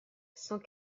cent